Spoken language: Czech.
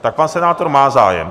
Tak pan senátor má zájem.